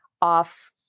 off